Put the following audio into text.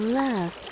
love